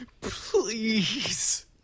Please